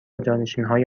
جانشینانهای